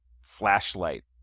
flashlight